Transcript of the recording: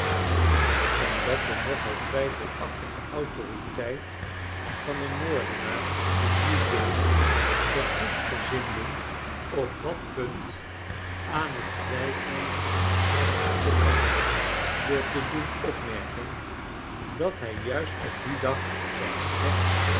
omdat de nogal twijfelachtige autoriteit van een moordenaar in newgate de goedgezinden op dat punt aan t twijfelen trachtte te brengen door te doen opmerken dat hij juist op dien dag zijn slechtste